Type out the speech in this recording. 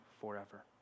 forever